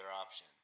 option